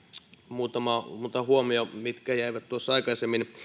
muutama muutama huomio mikä jäi aikaisemmin